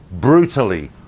brutally